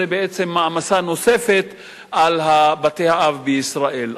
זו בעצם מעמסה נוספת על בתי-האב בישראל.